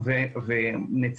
תודה רבה לך.